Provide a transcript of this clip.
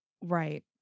Right